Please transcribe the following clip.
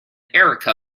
erica